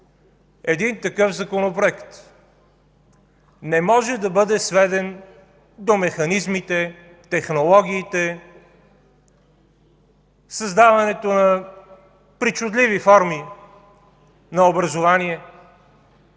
един такъв законопроект не може да бъде сведен до механизмите, технологиите, създаването на причудливи форми на образование,